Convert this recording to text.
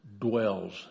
dwells